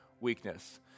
weakness